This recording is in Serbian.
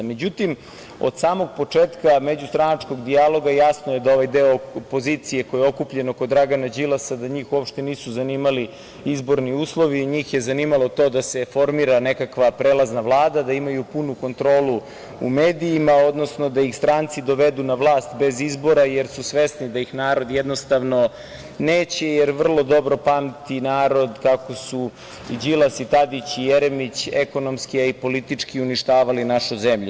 Međutim, od samog početka međustranačkog dijaloga, jasno je da ovaj deo opozicije koji je okupljen oko Dragana Đilasa da njih uopšte nisu zanimali izborni uslovi, njih je zanimalo to da se formira nekakva prelazna Vlada, da imaju punu kontrolu u medijima, odnosno da ih stranci dovedu na vlast bez izbora, jer su svesni da ih narod, jednostavno, neće, jer vrlo dobro pamti narod kako su Đilas, Tadić i Jeremić, ekonomski, a i politički uništavali našu zemlju.